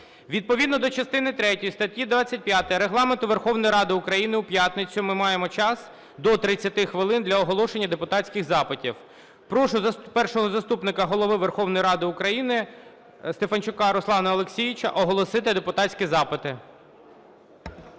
Відповідно до частини третьої статті 25 Регламенту Верховної Ради України у п'ятницю ми маємо час до 30 хвилин для оголошення депутатських запитів. Прошу Першого заступника Голови Верховної Ради України Стефанчука Руслана Олексійовича оголосити депутатські запити.